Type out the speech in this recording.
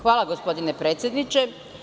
Hvala gospodine predsedniče.